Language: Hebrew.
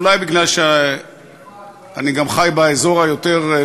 אולי בגלל שאני גם חי באזור היותר-נפגע,